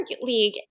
league